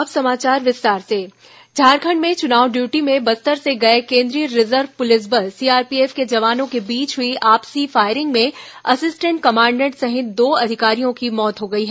अब समाचार विस्तार से गोलीबारी जवान मौत झारखंड में चुनाव ड्यूटी में बस्तर से गए केंद्रीय रिजर्व पुलिस बल सीआरपीएफ के जवानों के बीच हुई आपसी फायरिंग में असिस्टेंट कमांडेंट सहित दो अधिकारियों की मौत हो गई है